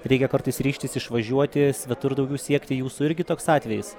reikia kartais ryžtis išvažiuoti svetur daugiau siekti jūsų irgi toks atvejis